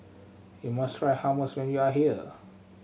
you must try Hummus when you are here